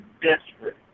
desperate